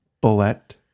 bullet